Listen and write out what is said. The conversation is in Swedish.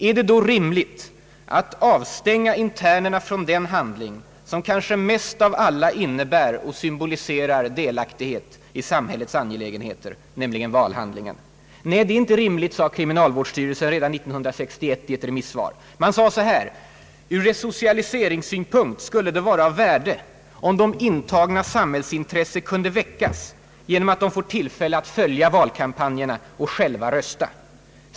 är det då rimligt att avstänga internerna från den handling som kanske mest av alla innebär och symboliserar delaktighet i samhällets angelägenheter, nämligen valhandlingen? Nej, det är icke rimligt, sade fångvårdsstyrelsen redan 1961 i ett remisssvar: » Ur resocialiseringssynpunkt skulle det också vara av värde om de intagnas samhällsintresse kunde väckas genom att de får tillfälle att följa valkampanjerna och själva rösta.